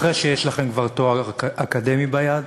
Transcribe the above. אחרי שיש לכם כבר תואר אקדמי ביד.